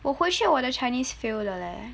我回去我的 chinese fail 的 leh